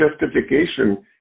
justification